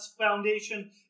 foundation